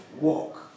walk